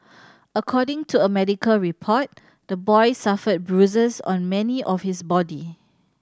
according to a medical report the boy suffered bruises on many of his body